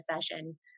session